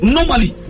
Normally